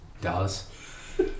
Dallas